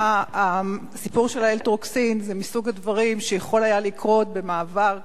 הסיפור של ה"אלטרוקסין" זה מסוג הדברים שיכולים לקרות במעבר,